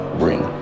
bring